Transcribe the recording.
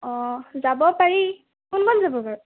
অ যাব পাৰি কোন কোন যাব বাৰু